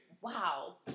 Wow